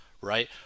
right